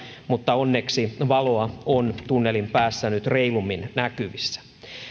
mutta onneksi valoa on tunnelin päässä nyt reilummin näkyvissä